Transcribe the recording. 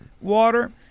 water